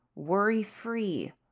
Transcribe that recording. worry-free